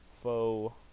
foe